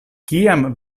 kiam